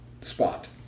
spot